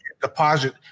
deposit